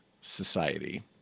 society